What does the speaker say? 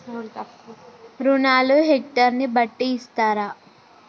రుణాలు హెక్టర్ ని బట్టి ఇస్తారా?